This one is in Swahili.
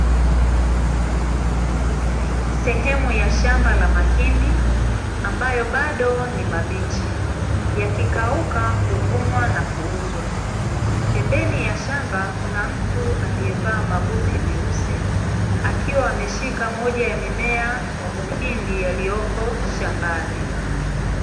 Sehemu ya shamba la mahindi ambayo bado ni mabichi, yakikauka huvunwa na kuuzwa. Pembeni ya shamba kuna mtu aliyevaa mabuti meusi, akiwa ameshika moja ya mimea ya muhindi ulioko shambani.